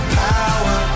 power